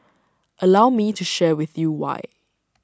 allow me to share with you why